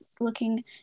looking